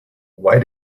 why